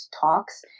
talks